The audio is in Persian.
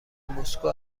مسکو